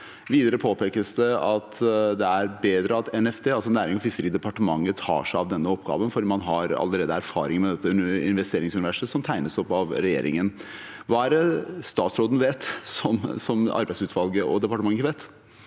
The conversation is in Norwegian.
Videre påpekes det at det er bedre at Nærings- og fiskeridepartementet tar seg av denne oppgaven fordi man allerede har erfaring med dette investeringsuniverset som tegnes opp av regjeringen. Hva er det statsråden vet, som arbeidsutvalget og departementet ikke